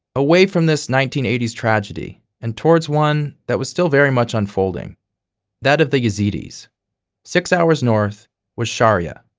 away from this nineteen eighty s tragedy and towards one that was still very much unfolding that of the yazidis. six hours north was sharya,